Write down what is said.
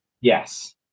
Yes